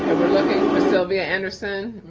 we're looking for sylvia anderson.